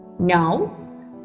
now